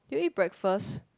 you eat breakfast